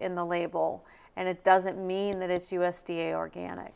in the label and it doesn't mean that it's u s d a organic